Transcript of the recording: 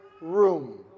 room